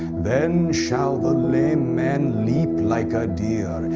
then shall the lame man leap like a deer,